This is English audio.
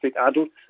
adults